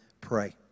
pray